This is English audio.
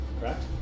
correct